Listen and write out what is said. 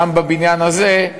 גם בבניין הזה,